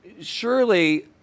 Surely